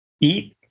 eat